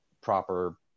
proper